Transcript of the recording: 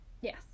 Yes